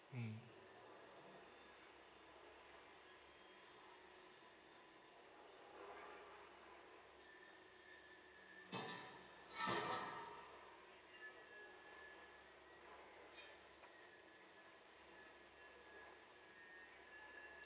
mm